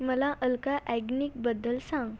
मला अलका ॲग्निकबद्दल सांग